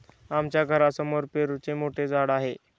आमच्या घरासमोर पेरूचे मोठे झाड आहे